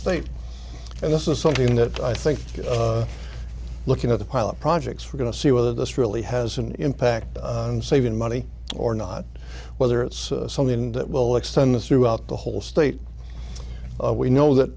state and this is something in the i think looking at the pilot projects for going to see whether this really has an impact on saving money or not whether it's something that will extend this throughout the whole state we know that